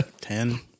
ten